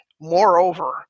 moreover